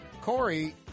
Corey